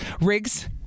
Riggs